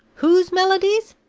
whose melodies?